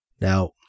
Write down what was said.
Now